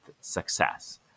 success